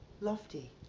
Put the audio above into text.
lofty